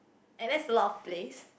and that's a lot of place